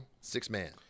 six-man